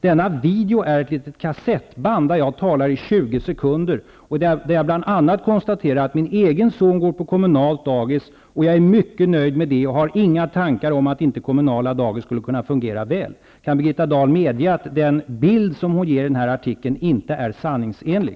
Denna video är ett litet kassettband där jag talar i 20 sekunder och bl.a. konstaterar att min egen son går på kommunalt dagis, att jag är mycket nöjd med det och inte har några tankar om att kommunala dagis inte skulle kunna fungera väl. Kan Birgitta Dahl medge att den bild som hon ger i artikeln inte är sanningsenlig?